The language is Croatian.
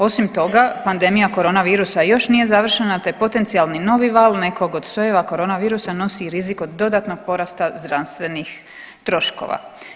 Osim toga pandemija korona virusa još nije završena te potencijali novi val nekog od sojeva korona virusa nosi rizik od dodatnog porasta zdravstvenih troškova.